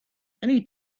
many